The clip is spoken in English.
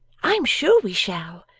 i am sure we shall.